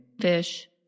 Fish